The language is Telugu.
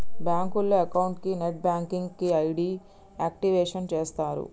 బ్యాంకులో అకౌంట్ కి నెట్ బ్యాంకింగ్ కి ఐడి యాక్టివేషన్ చేస్తరు